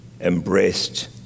embraced